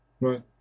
right